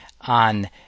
On